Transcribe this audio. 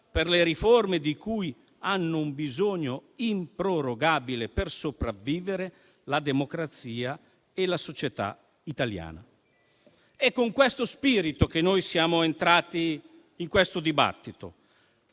per le riforme di cui hanno bisogno improrogabile per sopravvivere e progredire la democrazia e la società italiana». È con questo spirito che noi siamo entrati in questo dibattito: